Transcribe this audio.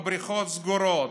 הבריכות סגורות.